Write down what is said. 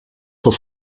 vor